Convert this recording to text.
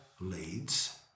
leads